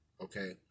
okay